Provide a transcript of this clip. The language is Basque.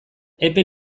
epe